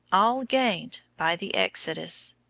all gained by the exodus.